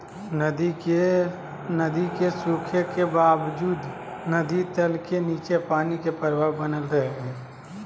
नदी के सूखे के बावजूद नदी तल के नीचे पानी के प्रवाह बनल रहइ हइ